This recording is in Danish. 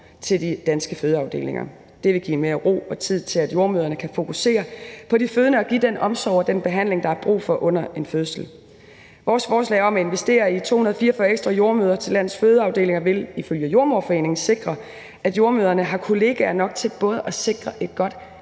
til de danske fødeafdelinger. Det vil give mere ro og tid til, at jordemødrene kan fokusere på de fødende og give den omsorg og den behandling, der er brug for under en fødsel. Vores forslag om at investere i 244 ekstra jordemødre til landets fødeafdelinger vil ifølge Jordemoderforeningen sikre, at jordemødrene har kollegaer nok til både at sikre et godt